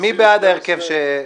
מי בעד ההרכב שהצעתי?